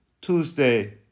Tuesday